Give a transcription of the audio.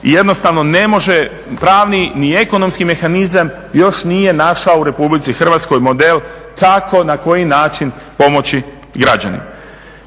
jednostavno ne može pravni ni ekonomski mehanizam još nije našao u RH model kako, na koji način pomoći građanima.